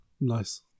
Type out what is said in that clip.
nice